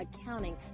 accounting